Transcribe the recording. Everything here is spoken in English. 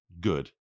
good